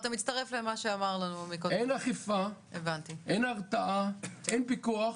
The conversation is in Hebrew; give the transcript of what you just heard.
אין אכיפה, אין הרתעה, אין פיקוח.